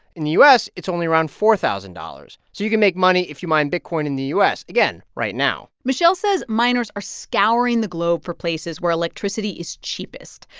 in the u s, it's only around four thousand dollars. so you can make money if you mine bitcoin in the u s. again, right now michel says miners are scouring the globe for places where electricity is cheapest,